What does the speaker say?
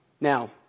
Now